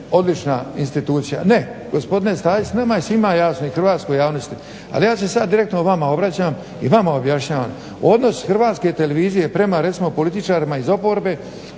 odlična institucija, ne gospodine …/Govornik se ne razumije./ … nama je svima jasno i hrvatskoj javnosti, ali ja se sad direktno vama obraćam. Odnos hrvatske televizije prema recimo političarima iz oporbe